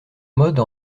mode